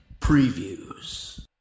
Previews